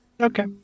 Okay